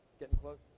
gettin' close.